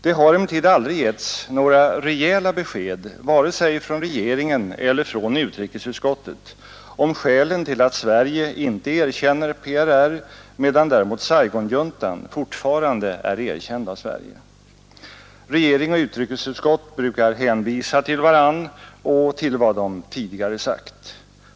Det har emellertid aldrig getts några rejäla besked vare sig från regeringen eller från utrikesutskottet om skälen till att Sverige icke erkänner PRR, medan däremot Saigonjuntan fortfarande är erkänd av Sverige. Regering och utrikesutskott brukar hänvisa till varandra och till vad de tidigare sagt.